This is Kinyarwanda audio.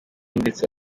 ndetse